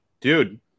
dude